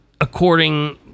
according